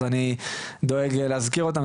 אז אני דואג להזכיר אותן,